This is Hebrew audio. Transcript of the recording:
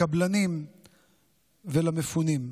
לקבלנים ולמפונים.